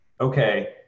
Okay